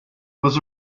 was